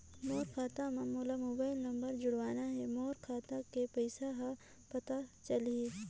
मोर खाता मां मोला मोबाइल नंबर जोड़वाना हे मोर खाता के पइसा ह पता चलाही?